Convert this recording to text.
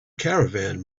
caravan